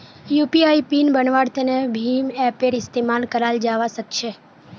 UPI PIN बन्वार तने भीम ऐपेर इस्तेमाल कराल जावा सक्छे